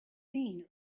seen